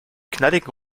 knalligen